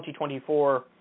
2024